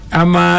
ama